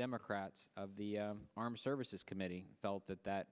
democrat of the armed services committee felt that that